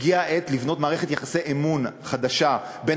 הגיעה העת לבנות מערכת יחסי אמון חדשה בין